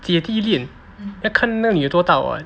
姐弟恋要看那个女的多大 [what]